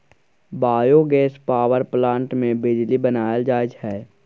biogas power plant मे बिजली बनाएल जाई छै